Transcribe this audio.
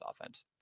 offense